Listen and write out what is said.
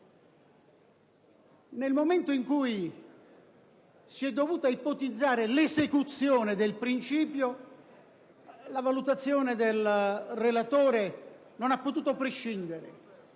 Nel momento in cui si è dovuto ipotizzare l'esecuzione del principio, la valutazione del relatore non ha potuto prescindere